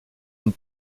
une